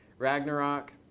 ragnarok.